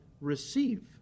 receive